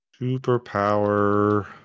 Superpower